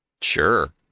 sure